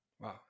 Wow